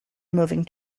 moving